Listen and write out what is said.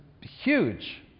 huge